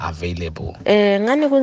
Available